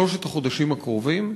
שלושת החודשים הקרובים,